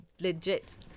legit